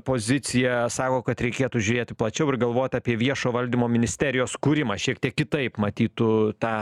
pozicija sako kad reikėtų žiūrėti plačiau ir galvot apie viešo valdymo ministerijos kūrimą šiek tiek kitaip matytų tą